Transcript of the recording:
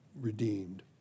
redeemed